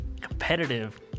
competitive